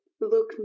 look